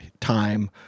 time